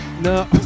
No